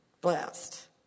blessed